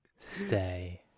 stay